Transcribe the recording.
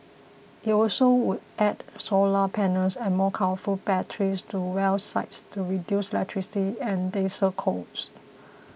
it also would add solar panels and more powerful batteries to well sites to reduce electricity and diesel costs